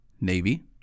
Navy